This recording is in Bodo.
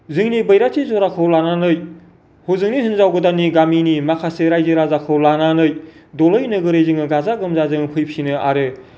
जोंनि बैराथि जराखौ लानानै हजोंनि हिनजाव गोदाननि गामिनि माखासे रायजो राजाखौ लानानै दलै नोगोरै जोङो गाजा गोमजा जोङो फैफिनो आरो